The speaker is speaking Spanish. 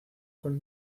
con